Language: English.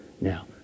Now